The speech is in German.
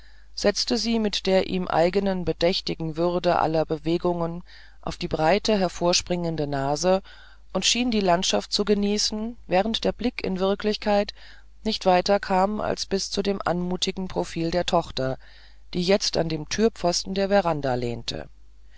setzte sie mit der ihm eigenen bedächtigen würde aller bewegungen auf die breite hervorspringende nase und schien die landschaft zu genießen während der blick in wirklichkeit nicht weiter kam als bis zu dem anmutigen profil der tochter die jetzt an dem türpfosten der veranda lehnte